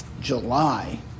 July